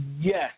yes